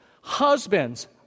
Husbands